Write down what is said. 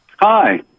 Hi